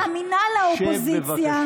לאופוזיציה,